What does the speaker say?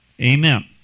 Amen